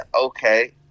okay